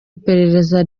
iperereza